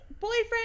boyfriend